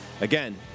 Again